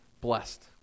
Blessed